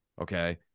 Okay